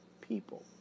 people